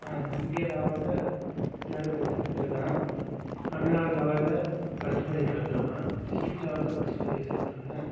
India லெவலில் third prize எடுத்துருக்கேன் தமிழ்நாடு லெவலில் ஃபர்ஸ்ட்டு ப்ரைஸ் எடுத்துருக்கேன் டிஸ்ட்டிக் லெவலில் ஃபர்ஸ்ட்டு எடுத்துருக்கேன்